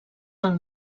del